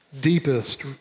deepest